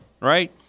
right